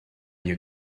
your